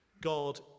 God